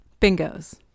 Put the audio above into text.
Bingos